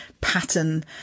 pattern